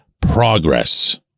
progress